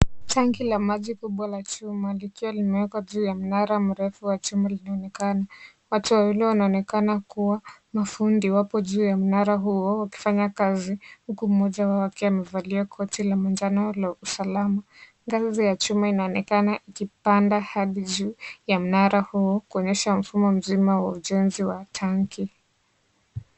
Tangi kubwa la maji likiwa limewekwa juu ya mnala mrefu wa chuma linaonekana, watu wawili wanaonekana kuwa mafundi wapo juu ya mnara huo, wakifanya kazi huku mmoja wao akiwa amevalia koti la manjano la usalama, ngazi ya chuma inaonekana ikipanda hadi juu ya mbara huo, kuonyesha mfumo mzima wa ujenzi wa tanki.